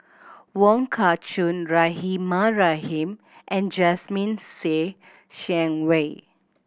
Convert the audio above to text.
Wong Kah Chun Rahimah Rahim and Jasmine Ser Xiang Wei